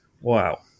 wow